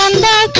um la